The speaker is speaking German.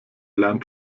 lernt